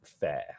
fair